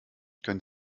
können